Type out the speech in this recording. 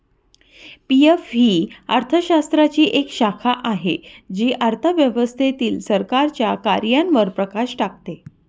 PF ही अर्थशास्त्राची एक शाखा आहे जी अर्थव्यवस्थेतील सरकारच्या कार्यांवर प्रकाश टाकते